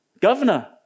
Governor